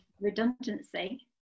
redundancy